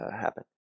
happen